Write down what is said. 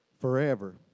forever